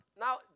now